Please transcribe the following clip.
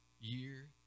year